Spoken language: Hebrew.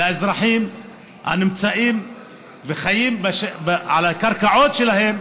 לאזרחים הנמצאים וחיים על הקרקעות שלהם,